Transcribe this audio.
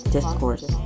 Discourse